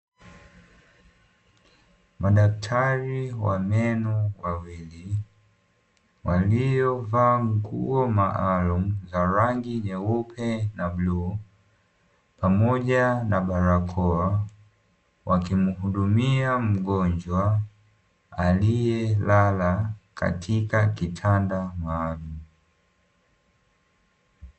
Madaktari wa meno wawili waliovaa nguo maalumu za rangi nyeupe na bluu, pamoja na barakoa wakimuhudumia mgonjwa aliyelala katika kitanda maalumu.